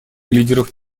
лидеров